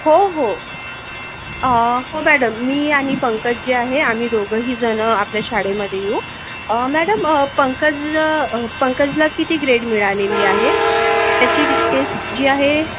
हो हो हो मॅडम मी आणि पंकज जे आहे आम्ही दोघंही जणं आपल्या शाळेमधे येऊ मॅडम पंकज पंकजला किती ग्रेड मिळालेली आहे त्याची जी टेस्ट जी आहे